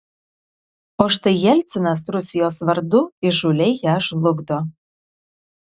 o štai jelcinas rusijos vardu įžūliai ją žlugdo